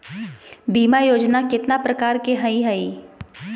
बीमा योजना केतना प्रकार के हई हई?